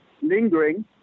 lingering